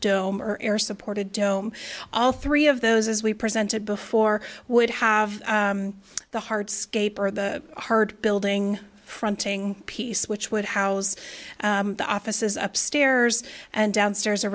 dome or air supported dome all three of those as we presented before would have the heart scape or the hard building fronting piece which would house the offices upstairs and downstairs